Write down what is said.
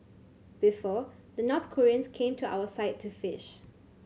before the North Koreans came to our side to fish